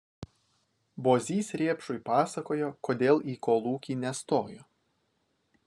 bozys rėpšui pasakojo kodėl į kolūkį nestojo